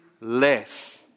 less